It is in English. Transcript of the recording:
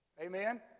Amen